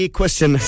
question